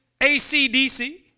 ACDC